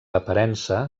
aparença